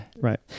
Right